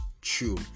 true